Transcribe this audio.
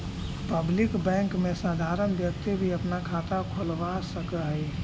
public bank में साधारण व्यक्ति भी अपना खाता खोलवा सकऽ हइ